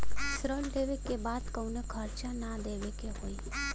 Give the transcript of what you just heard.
ऋण लेवे बदे कउनो खर्चा ना न देवे के होई?